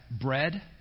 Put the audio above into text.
bread